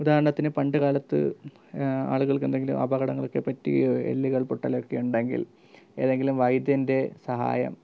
ഉദാഹരണത്തിനു പണ്ട് കാലത്ത് ആളുകൾക്കെന്തെങ്കിലും അപകടങ്ങളൊക്കെ പറ്റുകയോ എല്ലുകൾ പൊട്ടലൊക്കെ ഉണ്ടെങ്കിൽ ഏതെങ്കിലും വൈദ്യൻ്റെ സഹായം